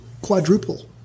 quadruple